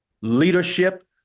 leadership